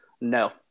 No